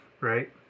right